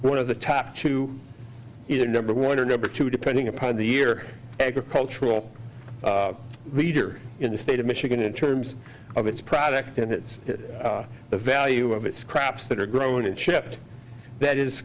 one of the top two either number one or number two depending upon the year agricultural leader in the state of michigan in terms of its product and its the value of its crops that are grown and shipped that is